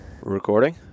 Recording